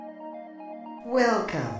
Welcome